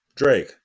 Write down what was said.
Drake